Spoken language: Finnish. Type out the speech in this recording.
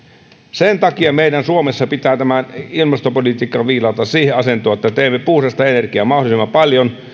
sen takia meidän suomessa pitää tämä ilmastopolitiikka viilata siihen asentoon että teemme puhdasta energiaa mahdollisimman paljon